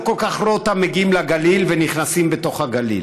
אני לא כל כך רואה אותם מגיעים לגליל ונכנסים בתוך הגליל.